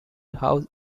house